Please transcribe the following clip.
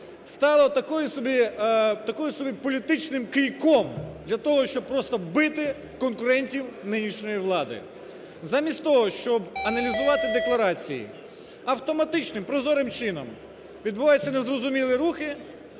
собі, таким собі політичним кийком для того, щоби просто бити конкурентів нинішньої влади. Замість того, щоб аналізувати декларації автоматичним прозорим чином, відбуваються незрозумілі рухи,